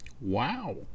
Wow